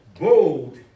bold